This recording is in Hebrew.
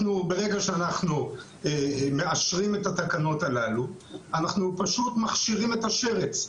ברגע שאנחנו מאשרים את התקנות הללו - אנחנו פשוט מכשירים את השרץ.